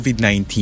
COVID-19